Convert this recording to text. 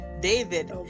david